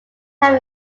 have